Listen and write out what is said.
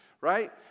right